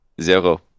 Zero